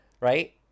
right